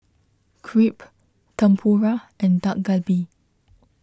Crepe Tempura and Dak Galbi